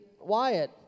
Wyatt